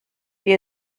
wie